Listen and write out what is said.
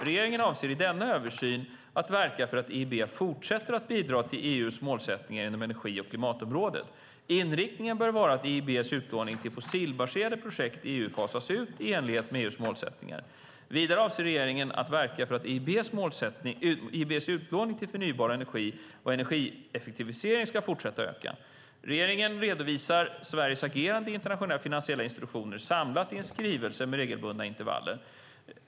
Regeringen avser i denna översyn att verka för att EIB fortsätter bidra till EU:s målsättningar inom energi och klimatområdet. Inriktningen bör vara att EIB:s utlåning till fossilbaserade projekt i EU fasas ut i enlighet med EU:s målsättningar. Vidare avser regeringen att verka för att EIB:s utlåning till förnybar energi och energieffektivisering ska fortsätta att öka. Regeringen redovisar Sveriges agerande i internationella finansiella institutioner samlat i en skrivelse med regelbundna intervall.